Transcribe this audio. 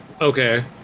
Okay